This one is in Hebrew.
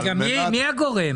אתה לא הגורם.